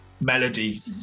melody